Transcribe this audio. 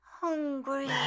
hungry